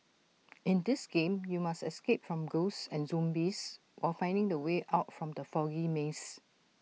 in this game you must escape from ghosts and zombies while finding the way out from the foggy maze